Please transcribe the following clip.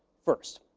first,